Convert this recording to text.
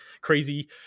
crazy